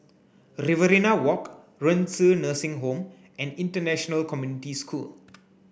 Riverina Walk Renci Nursing Home and International Community School